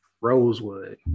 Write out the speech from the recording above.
Rosewood